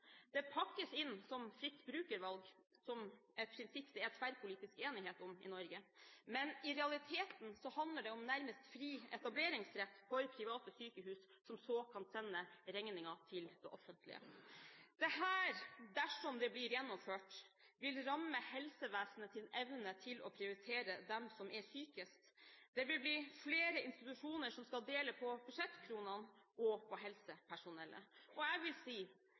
Det pakkes inn som fritt brukervalg, som er et prinsipp det er tverrpolitisk enighet om i Norge, men i realiteten handler det om nærmest fri etableringsrett for private sykehus, som så kan sende regningen til det offentlige. Dette vil dersom det blir gjennomført, ramme helsevesenets evne til å prioritere dem som er sykest, og det vil bli flere institusjoner som skal dele på budsjettkronene og på helsepersonellet. De krevende omstillingene vi nå har i hovedstadsområdet, vil